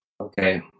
Okay